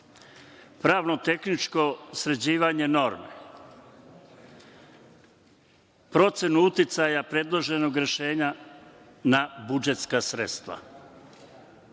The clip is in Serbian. Pravno-tehničko sređivanje norme, procenu uticaja predloženog rešenja na budžetska sredstva.